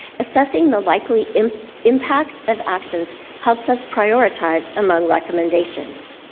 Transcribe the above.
assessing the likely impact of actions helps us prioritize among recommendations.